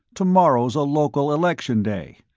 tomorrow's a local election day.